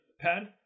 pad